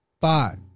Five